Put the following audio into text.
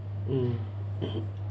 mm